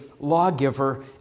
lawgiver